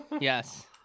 yes